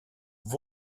vous